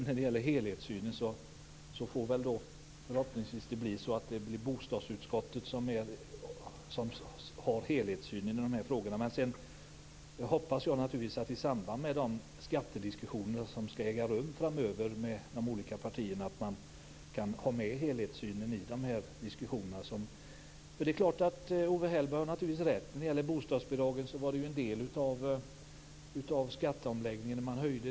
När det gäller helhetssynen får det förhoppningsvis bli bostadsutskottet som får ha helhetssynen i dessa frågor. Sedan hoppas jag naturligtvis att man kan ha med helhetssynen i samband med de skattediskussioner som skall äga rum med de olika partierna framöver. Owe Hellberg har naturligtvis rätt i att höjningen av bostadsbidragen var en del av skatteomläggningen.